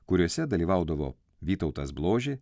kuriuose dalyvaudavo vytautas bložė